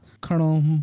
Colonel